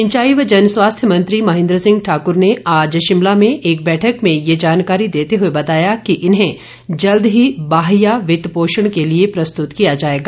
सिंचाई व जनस्वास्थ्य मंत्री महेन्द्र सिंह ठाकूर ने आज शिमला में एक बैठक में ये जानकारी देते हुए बताया कि इन्हें जल्द ही बाहय वित्त पोषण के लिए प्रस्तुत किया जाएगा